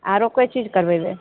आरो कोइ चीज करबेबै